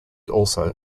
also